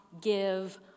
give